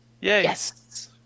Yes